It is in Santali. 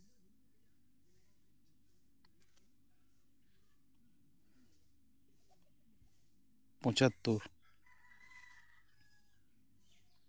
ᱯᱚᱸᱪᱟᱛᱛᱳᱨ